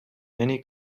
many